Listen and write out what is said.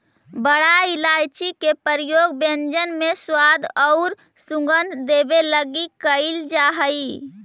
बड़ा इलायची के प्रयोग व्यंजन में स्वाद औउर सुगंध देवे लगी कैइल जा हई